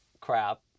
crap